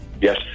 Yes